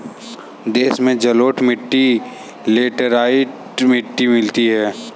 देश में जलोढ़ मिट्टी लेटराइट मिट्टी मिलती है